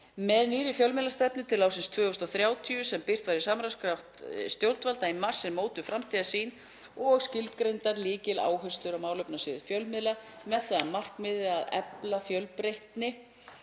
Með nýrri fjölmiðlastefnu til ársins 2030, sem birt var í samráðsgátt stjórnvalda í mars, er mótuð framtíðarsýn og skilgreindar lykiláherslur á málefnasviði fjölmiðla með það að markmiði að efla fjölbreytni